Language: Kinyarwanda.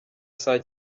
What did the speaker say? saa